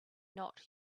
not